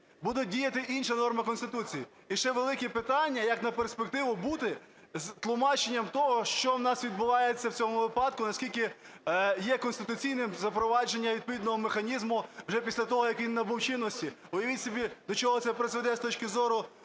буде діяти інша норма Конституції. І ще великі питання, як на перспективу бути з тлумаченням того, що в нас відбувається в цьому випадку, наскільки є конституційним запровадження відповідного механізму вже після того, як він набув чинності. Уявіть собі, до чого це призведе з точки зору